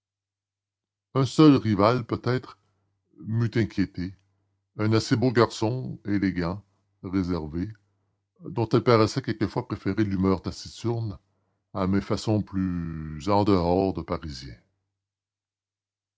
un seul rival peut-être m'eût inquiété un assez beau garçon élégant réservé dont elle paraissait quelquefois préférer l'humeur taciturne à mes façons plus en dehors de parisien